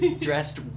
dressed